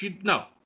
No